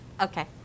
okay